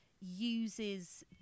Uses